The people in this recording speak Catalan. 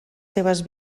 seves